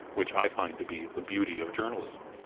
which i find to be the beauty of journalism